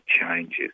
changes